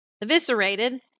eviscerated